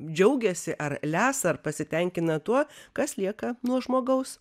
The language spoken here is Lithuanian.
džiaugiasi ar lesa ar pasitenkina tuo kas lieka nuo žmogaus